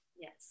Yes